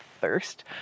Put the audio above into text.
thirst